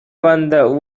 வந்த